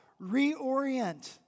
reorient